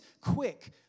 quick